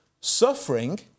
Suffering